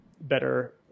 better